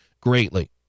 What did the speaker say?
greatly